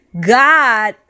God